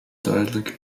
duidelijk